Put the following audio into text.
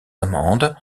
amendes